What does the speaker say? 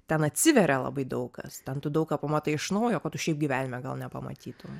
ten atsiveria labai daug kas ten tu daug ką pamatai iš naujo ko tu šiaip gyvenime gal nepamatytum